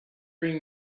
bring